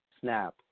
snap